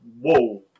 whoa